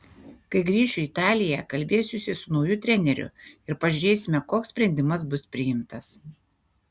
kai grįšiu į italiją kalbėsiuosi su nauju treneriu ir pažiūrėsime koks sprendimas bus priimtas